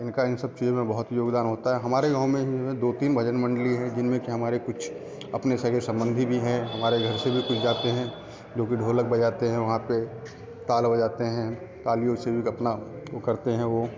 इनका इन सब चीज़ों में बहुत योगदान होता है हमारे गाँव में ही में दो तीन भजन मंडली हैं जिनमें कि हमारे कुछ अपने सगे सम्बंधी भी हैं हमारे घर से भी कुछ जाते हैं जो कि ढोलक बजाते हैं वहाँ पे ताल बजाते हैं तालियों से भी अपना वो करते हैं वो